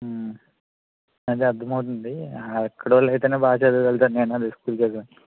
అదే అర్ధం అవుతుంది అక్కడోళ్ళు అయితేనే బాగా చదవగలుగుతారు నేను అదే స్కూల్లో చదివాను